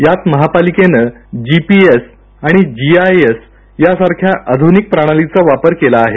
यात माहिपालिकेने जीपीएस आणि जीआयएस यांसारख्या आधुनिक प्रणालीचा वापर केला आहे